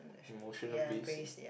emotional based